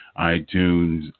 iTunes